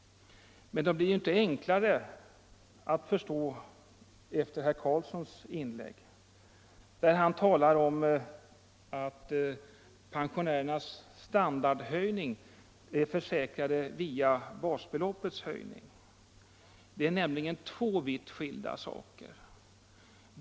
Men de blir inte enklare att förstå efter herr Carlssons inlägg, där han talar om att pensionärernas standardhöjning är försäkrad via basbeloppets höjning. Det är nämligen två vitt skilda saker.